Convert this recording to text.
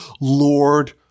lord